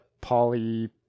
poly